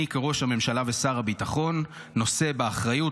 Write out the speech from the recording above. אני כראש הממשלה ושר הביטחון נושא באחריות